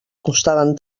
costaven